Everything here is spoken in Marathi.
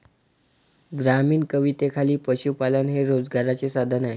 ग्रामीण कवितेखाली पशुपालन हे रोजगाराचे साधन आहे